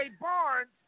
Barnes